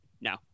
No